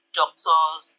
doctors